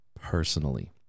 personally